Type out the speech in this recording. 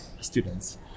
students